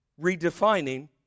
redefining